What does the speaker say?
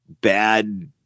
bad